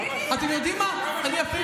תגיד לי,